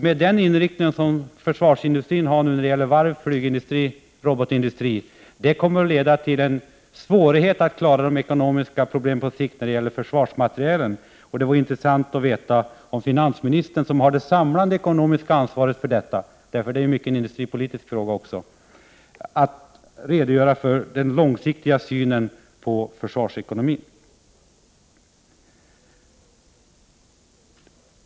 Med den inriktning som försvarsindustrin har när det gäller varvs-, flygoch robotindustri kommer det att leda till svårigheter att klara de ekonomiska problemen på sikt beträffande försvarsmaterielen. Det vore intressant, om finansministern, som har det samlade ekonomiska ansvaret för detta — det är ju i mycket också en industripolitisk fråga — ville redogöra för den långsiktiga synen på försvarsekonomin.